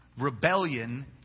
rebellion